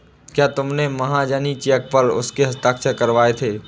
क्या तुमने महाजनी चेक पर उसके हस्ताक्षर करवाए थे?